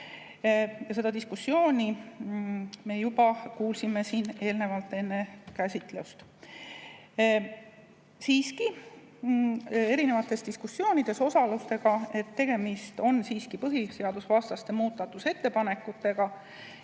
Seda diskussiooni me juba kuulsime siin eelnevalt enne [eelnõu] käsitlust. Siiski, erinevates diskussioonides osutati, et tegemist on siiski põhiseadusvastaste muudatusettepanekutega